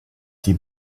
die